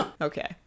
Okay